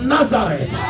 Nazareth